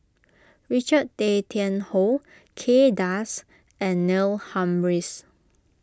Richard Tay Tian Hoe Kay Das and Neil Humphreys